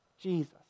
Jesus